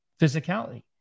physicality